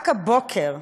רק הבוקר,